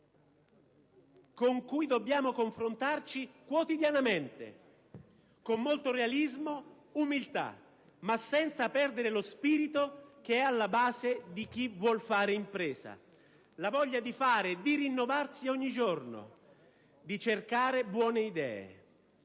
con cui dobbiamo confrontarci quotidianamente, con molto realismo; umiltà, ma senza perdere lo spirito che è alla base di chi vuol fare impresa: la voglia di fare, di rinnovarsi ogni giorno, di cercare buone idee.